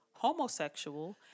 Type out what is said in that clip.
Homosexual